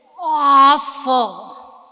awful